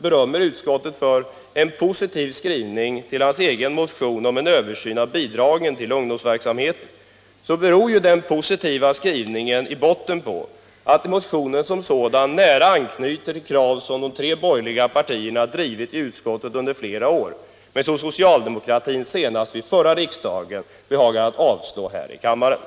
berömmer utskottet för en positiv skrivning om hans egen motion om en översyn av bidragen till ungdomsverksamheten. Den positiva skrivningen beror i grunden på att motionen som sådan nära anknyter till krav som de tre borgerliga partierna drivit i utskottet under flera år men som socialdemokraterna senast vid förra riksmötet behagade avslå här i kammaren.